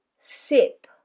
sip